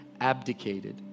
abdicated